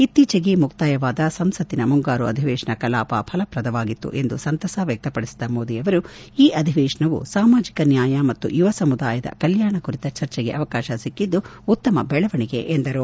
ಇತ್ತೀಚೆಗೆ ಮುಕ್ಕಾಯವಾದ ಸಂಸತ್ತಿನ ಮುಂಗಾರು ಅಧಿವೇಶನ ಕಲಾಪ ಫಲಪ್ರದವಾಗಿತ್ತು ಎಂದು ಸಂತಸ ವ್ಯಕಪಡಿಸಿದ ಮೋದಿ ಈ ಅಧಿವೇತನವು ಸಾಮಾಜಿಕ ನ್ನಾಯ ಮತ್ತು ಯುವ ಸಮುದಾಯದ ಕಲ್ಲಾಣ ಕುರಿತ ಚರ್ಚೆಗೆ ಅವಕಾಶ ಸಿಕ್ಕಿದ್ದು ಉತ್ತಮ ಬೆಳವಣಿಗೆ ಎಂದರು